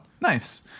nice